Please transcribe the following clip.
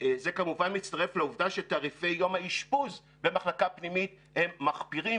וזה כמובן מצטרך לעובדה שתעריפי יום האשפוז במחלקה פנימית הם מחפירים,